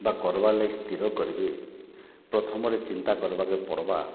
ବା କର୍ବା ଲାଗି ସ୍ଥିର କର୍ବେ ପ୍ରଥମରେ ଚିନ୍ତା କର୍ବାକେ ପଡ଼୍ବା